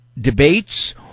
debates